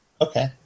Okay